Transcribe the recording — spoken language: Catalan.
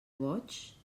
boigs